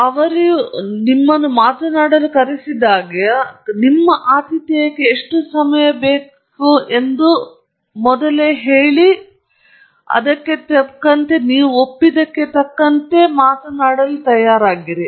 ಆದ್ದರಿಂದ ನೀವು ಮಾತನಾಡಲು ನೀವು ಕರೆಸಿದಾಗ ನಿಮ್ಮ ಆತಿಥೇಯಕ್ಕೆ ಎಷ್ಟು ಸಮಯ ಬೇಕಾದರೂ ನಿಮ್ಮ ಆತಿಥೇಯ ವ್ಯಕ್ತಿಗೆ ಚರ್ಚಿಸಲು ಮತ್ತು ನಿಮ್ಮ ಮಾತಿಗೆ ತಕ್ಕಂತೆ ತಯಾರಿಸಿರಿ